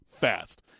fast